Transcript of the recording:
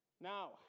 Now